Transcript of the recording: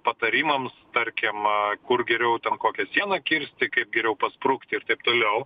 patarimams tarkim kur geriau ten kokią sieną kirsti kaip geriau pasprukti ir taip toliau